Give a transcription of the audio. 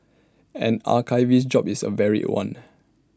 an archivist's job is A varied one